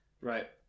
Right